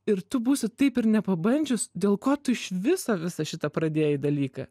ir tu būsi taip ir nepabandžius dėl ko tu iš viso visą šitą pradėjai dalyką